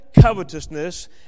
covetousness